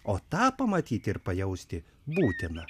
o tą pamatyti ir pajausti būtina